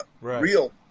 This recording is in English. real